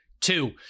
two